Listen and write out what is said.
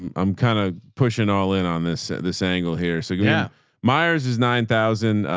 um i'm kinda pushing all in on this, this angle here. so yeah myers is nine thousand.